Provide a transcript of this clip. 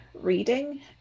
reading